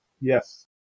Yes